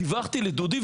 דיווחתי לדודי,